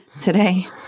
today